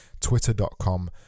twitter.com